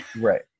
Right